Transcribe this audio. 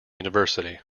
university